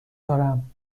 دارم